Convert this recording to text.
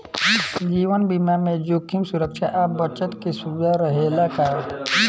जीवन बीमा में जोखिम सुरक्षा आ बचत के सुविधा रहेला का?